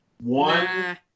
one